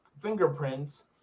fingerprints